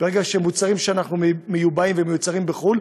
מוצרים שמיובאים ומיוצרים בחו"ל,